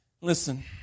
Listen